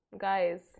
guys